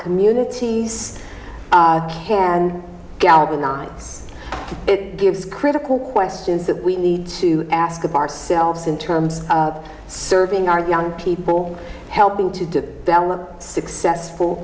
communities can galvanize it gives critical questions that we need to ask of our selves in terms of serving our young people helping to develop successful